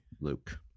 Luke